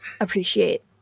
appreciate